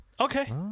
Okay